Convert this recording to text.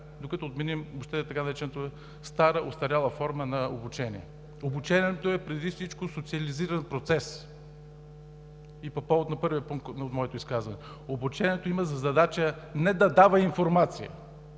докато отменим въобще така наречената стара, остаряла форма на обучение. Обучението е преди всичко социализиран процес и по повод на първия пункт от моето изказване – обучението има за задача не да дава информация,